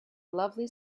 lovely